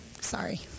Sorry